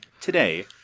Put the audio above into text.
today